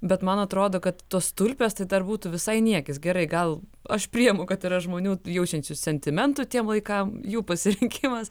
bet man atrodo kad tos tulpės tai dar būtų visai niekis gerai gal aš priimu kad yra žmonių jaučiančių sentimentų tiem laikam jų pasirinkimas